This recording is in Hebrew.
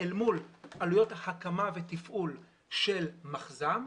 אל מול עלויות ההקמה ותפעול של מחז"מ,